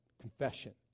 confession